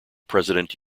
president